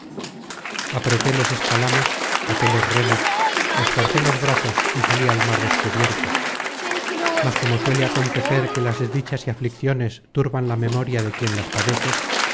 apreté los escalamos até los remos esforcé los brazos y salí al mar descubierto mas como suele acontecer que las desdichas y aflicciones turban la memoria de quien las padece